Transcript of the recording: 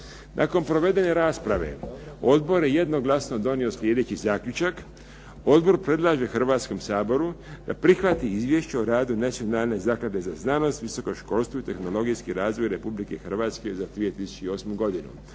Nakon provedene rasprave odbor je jednoglasno donio sljedeći zaključak: "Odbor predlaže Hrvatskom saboru da prihvati Izvješće o radu Nacionalne zaklade za znanost, visoko školstvo i tehnologijski razvoj Republike Hrvatske za 2008. godinu."